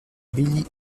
billy